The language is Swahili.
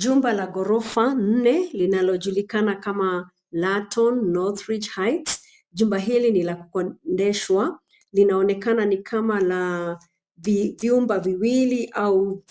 Jumba la ghorofa nne linaoonekana kama Laton, Northridge Heights. Jumba hili ni la kukodishwa. Linaonekana ni kama la viumba viwili au